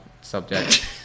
subject